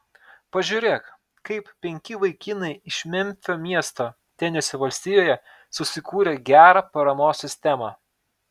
pažiūrėk kaip penki vaikinai iš memfio miesto tenesio valstijoje susikūrė gerą paramos sistemą